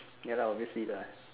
ya lah obviously lah